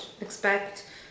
expect